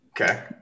Okay